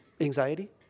Anxiety